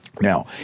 Now